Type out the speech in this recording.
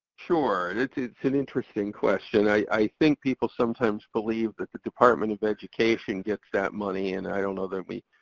sure, and it's it's an interesting question. i think people sometimes believe that the department of education gets that money and i don't know that we,